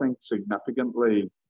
significantly